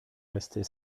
rester